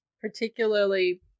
particularly